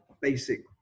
basic